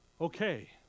okay